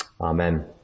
Amen